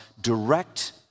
direct